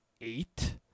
eight